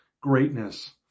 greatness